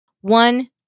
One